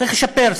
צריך לשפר.